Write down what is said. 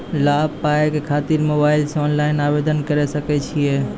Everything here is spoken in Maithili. लाभ पाबय खातिर मोबाइल से ऑनलाइन आवेदन करें सकय छियै?